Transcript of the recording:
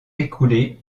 écoulés